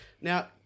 Now